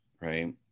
Right